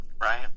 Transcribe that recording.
right